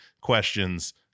questions